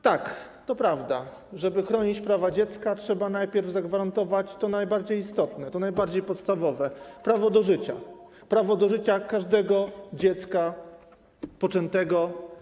Tak, to prawda: żeby chronić prawa dziecka, trzeba najpierw zagwarantować to najbardziej istotne, to najbardziej podstawowe prawo, prawo do życia, prawo do życia każdego dziecka poczętego.